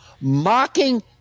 Mocking